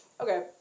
Okay